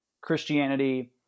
Christianity